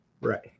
Right